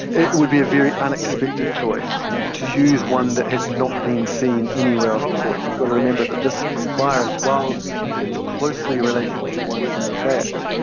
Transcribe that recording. it would be a very unexpected choice to use one that has not been seen anywhere else before. you've got to remember that this virus, while it's closely related to one from a bat,